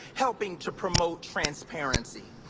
helping to promote transparency.